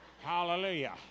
Hallelujah